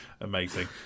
Amazing